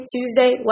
Tuesday